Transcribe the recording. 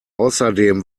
außerdem